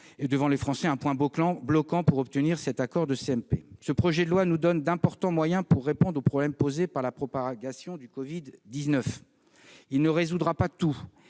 et devant les Français, un point bloquant pour obtenir cet accord conclusif. Ce projet de loi nous donne d'importants moyens pour répondre aux problèmes posés par la propagation du Covid-19. Il ne résoudra pas tout,